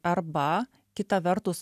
arba kita vertus